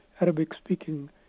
Arabic-speaking